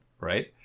right